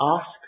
ask